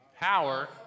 power